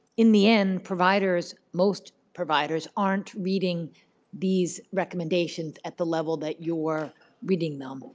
in the end providers, most providers aren't reading these recommendations at the level that you're reading them.